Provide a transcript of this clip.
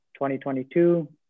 2022